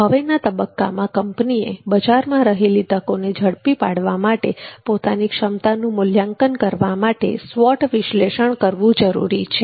હવેના તબક્કામાં કંપનીએ બજારમાં રહેલી તકોને ઝડપી પાડવા માટે પોતાની ક્ષમતાનો મૂલ્યાંકન કરવા માટે સ્વોટ વિશ્લેષણ કરવું જરૂરી છે